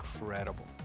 incredible